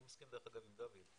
אני מסכים דרך אגב עם דוד,